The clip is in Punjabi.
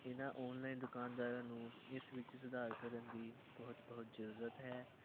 ਇਹਨਾਂ ਓਨਲਾਈਨ ਦੁਕਾਨਦਾਰਾਂ ਨੂੰ ਇਸ ਵਿੱਚ ਸੁਧਾਰ ਕਰਨ ਦੀ ਬਹੁਤ ਬਹੁਤ ਜ਼ਰੂਰਤ ਹੈ